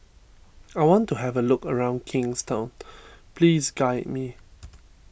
I want to have a look around Kingstown please guide me